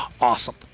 Awesome